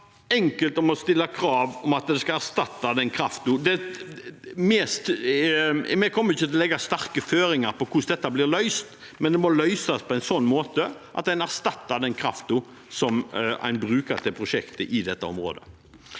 være enkelt å stille krav om at det skal erstatte den kraften. Vi kommer ikke til å legge sterke føringer for hvordan dette blir løst, men det må løses på en slik måte at en erstatter den kraften som en bruker til prosjektet i dette området.